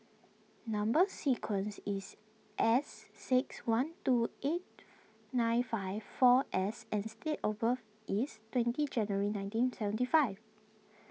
Number Sequence is S six one two eight nine five four S and date of birth is twenty January nineteen seventy five